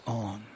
on